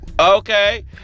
okay